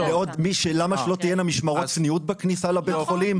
למה שלא תהיינה משמרות צניעות בכניסה לבית החולים?